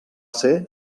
ser